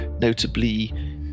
notably